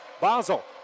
Basel